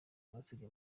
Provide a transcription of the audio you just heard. basibye